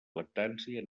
lactància